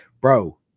Bro